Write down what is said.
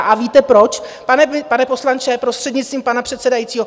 A víte proč, pane poslanče, prostřednictvím pana předsedajícího?